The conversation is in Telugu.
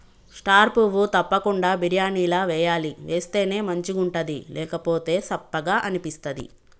స్టార్ పువ్వు తప్పకుండ బిర్యానీల వేయాలి వేస్తేనే మంచిగుంటది లేకపోతె సప్పగ అనిపిస్తది